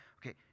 Okay